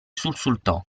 sussultò